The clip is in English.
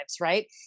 Right